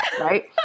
Right